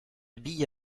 bille